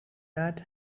not